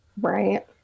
Right